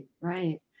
right